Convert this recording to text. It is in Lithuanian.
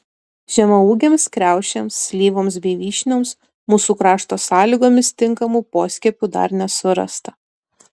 žemaūgėms kriaušėms slyvoms bei vyšnioms mūsų krašto sąlygomis tinkamų poskiepių dar nesurasta